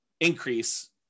increase